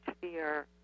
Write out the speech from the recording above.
fear